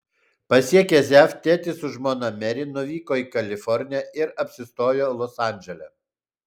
pasiekęs jav tėtis su žmona meri nuvyko į kaliforniją ir apsistojo los andžele